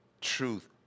Truth